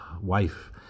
wife